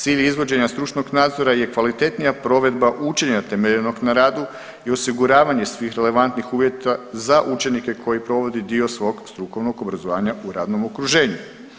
Cilj izvođenja stručnog nadzora je kvalitetnija provedba učenja temeljenog na radu i osiguravanje svih relevantnih uvjeta za učenike koji provode dio svog strukovnog obrazovanja u radnom okruženju.